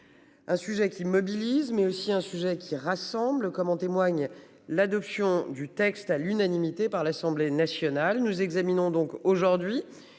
Un sujet qui mobilise mais aussi un sujet qui rassemble comme en témoigne l'adoption du texte à l'unanimité par l'Assemblée Nationale nous examinons donc aujourd'hui